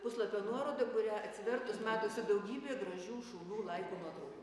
puslapio nuorodą kurią atsivertus matosi daugybė gražių šunų laikų nuotraukų